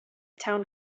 town